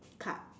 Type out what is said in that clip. card